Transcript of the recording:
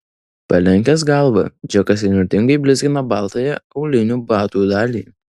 palenkęs galvą džekas įnirtingai blizgino baltąją aulinių batų dalį